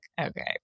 okay